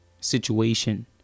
situation